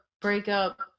breakup